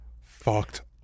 fucked